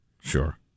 sure